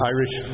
Irish